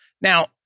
Now